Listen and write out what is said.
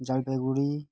Jalpaiguri